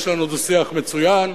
יש לנו דו-שיח מצוין,